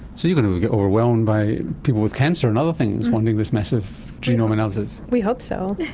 so you're going to get overwhelmed by people with cancer and other things wanting this massive genome analysis. we hope so,